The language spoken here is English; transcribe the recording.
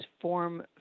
form